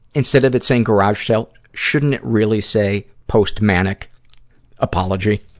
instead of it saying garage sale, shouldn't it really say, post-manic apology?